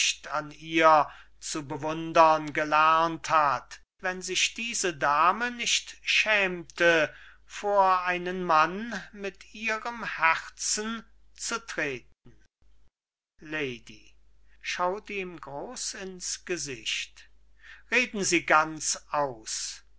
an ihr zu bewundern gelernt hat wenn sich diese dame nicht schämte vor einen mann mit ihrem herzen zu treten lady schaut ihm groß ins gesicht reden sie ganz aus